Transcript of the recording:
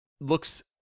looks